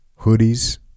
hoodies